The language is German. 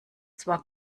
zwar